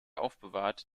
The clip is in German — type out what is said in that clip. aufbewahrt